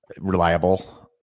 reliable